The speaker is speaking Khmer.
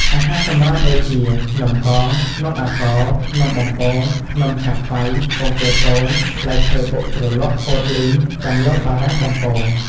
អាហារសម្រន់ដូចជា នំកង នំអាកោរ នំបំពង នំចាខ្វៃ ពងទាកូន ផ្លែឈើបុកជ្រលក់ ពោតលីង ដំឡូងបារាំងបំពង។